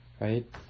right